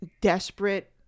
desperate